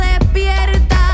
despierta